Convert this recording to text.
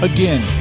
Again